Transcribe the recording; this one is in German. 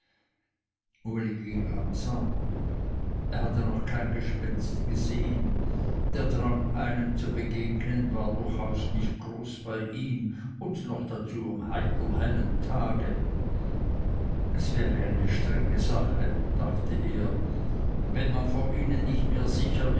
langsamer er hatte noch kein gespenst gesehen der drang einem zu begegnen war durchaus nicht groß bei ihm und noch dazu am heiterhellen tage es wäre doch eine strenge sache dachte er wenn man vor ihnen nicht mehr sicher